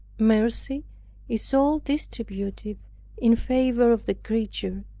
mercy is all distributive in favor of the creature,